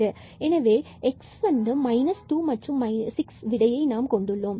எனவே x 26 விடையை நாம் கொண்டுள்ளோம்